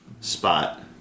spot